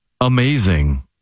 amazing